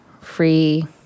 free